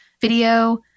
video